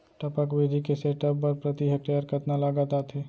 टपक विधि के सेटअप बर प्रति हेक्टेयर कतना लागत आथे?